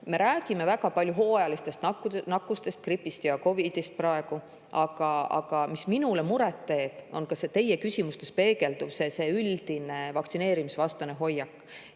me räägime praegu väga palju hooajalistest nakkustest, gripist ja COVID-ist. Aga mis minule muret teeb, on see teie küsimustes peegelduv üldine vaktsineerimisvastane hoiak.